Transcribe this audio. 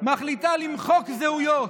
מחליטה למחוק זהויות,